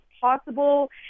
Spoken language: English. possible